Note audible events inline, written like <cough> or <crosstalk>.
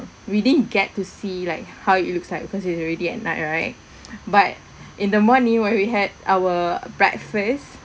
we didn't get to see like how it looks like because it's already at night right <breath> but in the morning where we had our breakfast